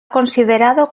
considerado